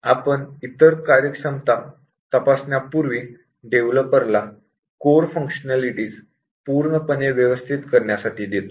आपण इतर कार्यक्षमता तपासण्यापूर्वी डेव्हलपर ला कोर फंक्शनेलिटीज पूर्णपणे व्यवस्थित करण्यासाठी देतो